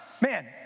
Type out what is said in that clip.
man